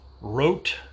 wrote